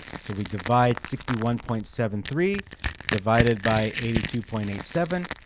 so if we divide sixty one point seven three divided by eighty two point eight seven.